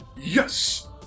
Yes